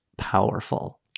powerful